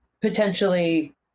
potentially